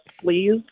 Please